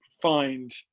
find